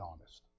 honest